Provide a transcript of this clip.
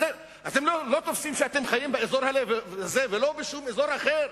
אתם לא תופסים שאתם חיים באזור הזה ולא בשום אזור אחר?